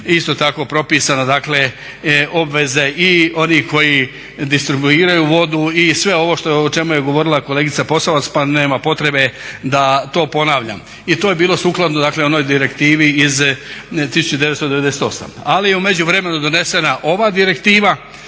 isto tako propisno dakle obveze i onih koji distribuiraju vodu i sve ovo o čemu je govorila kolegica Posavac pa nema potrebe da to ponavljam. I to je bilo sukladno dakle onoj direktivi iz 1998. Ali je u međuvremenu donesena ova direktiva